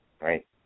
right